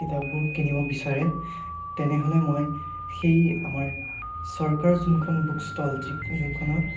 কিতাপবোৰ কিনিব বিচাৰে তেনেহ'লে মই সেই আমাৰ চৰকাৰ যোনখন বুক ষ্টল যি যোনখনত